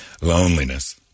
Loneliness